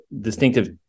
distinctive